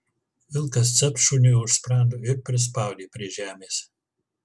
vilkas capt šuniui už sprando ir prispaudė prie žemės